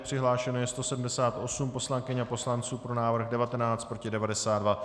Přihlášeno je 178 poslankyň a poslanců, pro návrh 19, proti 92.